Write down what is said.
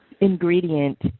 ingredient